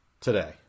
today